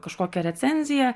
kažkokią recenziją